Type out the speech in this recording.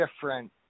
different